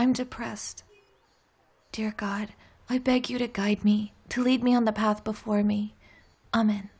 i'm depressed dear god i beg you to guide me to lead me on the path before me